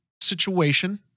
situation